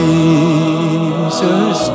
Jesus